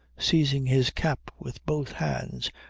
seizing his cap with both hands,